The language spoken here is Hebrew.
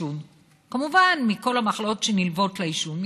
וכמובן, זה מכל המחלות שנלוות לעישון.